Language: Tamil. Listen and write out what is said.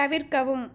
தவிர்க்கவும்